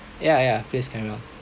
ya ya please carry on